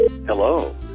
Hello